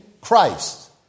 Christ